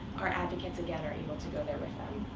our advocates, again, are able to go there with them.